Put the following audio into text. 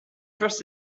first